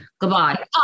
goodbye